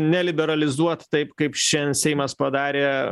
neliberalizuot taip kaip šiandien seimas padarė